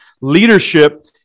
Leadership